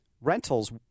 rentals